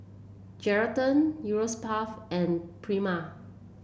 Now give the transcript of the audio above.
Geraldton Europace and Prima